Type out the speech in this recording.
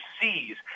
seize